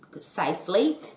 safely